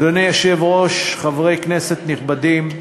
אדוני היושב-ראש, חברי כנסת נכבדים,